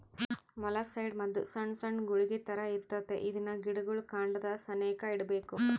molluscicide ಮದ್ದು ಸೊಣ್ ಸೊಣ್ ಗುಳಿಗೆ ತರ ಇರ್ತತೆ ಇದ್ನ ಗಿಡುಗುಳ್ ಕಾಂಡದ ಸೆನೇಕ ಇಡ್ಬಕು